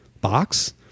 box